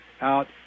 out